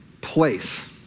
Place